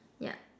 yup